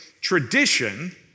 tradition